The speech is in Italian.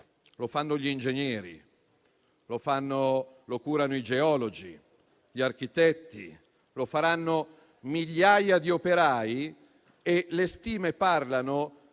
lo fanno gli ingegneri, lo curano i geologi e gli architetti, lo realizzeranno migliaia di operai e le stime parlano,